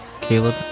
Caleb